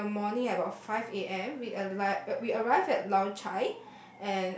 so in the morning like about five A_M we alight we arrived at Lao Cai